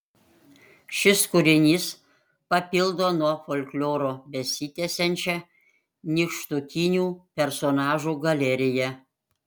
šis kūrinys papildo nuo folkloro besitęsiančią nykštukinių personažų galeriją